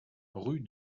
rue